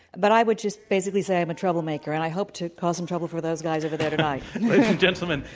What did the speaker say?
but i would just basically say i'm a troublemaker and i hope to cause some troubles for those guys over there tonight. ladies and gentlemen,